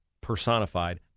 personified